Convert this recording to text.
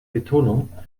betonung